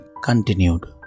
continued